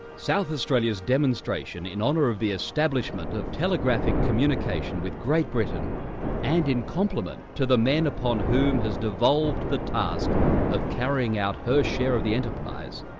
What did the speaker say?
south australia's demonstration in honour of the establishment of telegraphic communication with great britain and in complement to the men upon whom has devolved the task of carrying out her share of the enterprise,